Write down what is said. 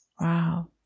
Wow